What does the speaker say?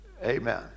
Amen